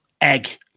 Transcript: egg